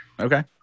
Okay